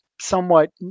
somewhat